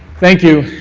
thank you,